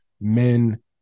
men